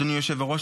אדוני היושב-ראש,